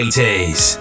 80s